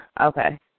Okay